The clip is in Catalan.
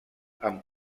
amb